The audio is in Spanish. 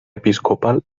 episcopal